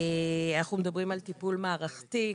אנחנו מדברים על טיפול מערכתי.